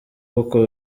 kuko